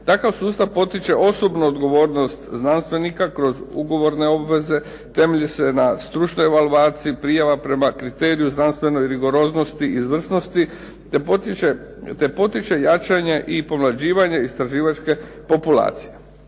Takav sustav potiče osobnu odgovornost znanstvenika kroz ugovorne obveze, temelji se na stručnoj evaluaciji prijava, prema kriteriju znanstvenoj rigoroznosti izvrnosti te potiče jačanje i pomlađivanje istraživačke populacije.